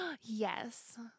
Yes